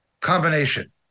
combination